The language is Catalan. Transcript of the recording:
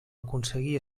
aconseguir